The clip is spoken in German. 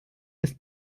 ist